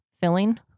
filling